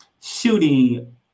Shooting